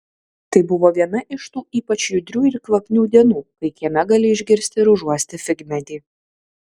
tai buvo viena iš tų ypač judrių ir kvapnių dienų kai kieme gali išgirsti ir užuosti figmedį